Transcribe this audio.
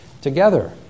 together